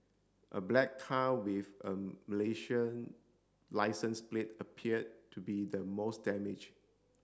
a black car with a Malaysian licence plate appeared to be the most damaged